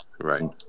right